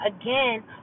again